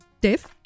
Dave